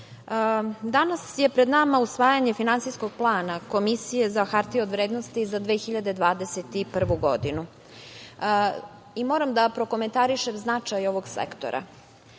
danas je pred nama usvajanje Finansijskog plana Komisije za hartije od vrednosti za 2021. godinu i moram da prokomentarišem značaj ovog sektora. Do